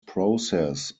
process